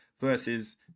versus